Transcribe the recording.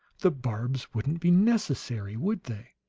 the barbs wouldn't be necessary, would they?